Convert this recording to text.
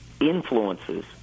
influences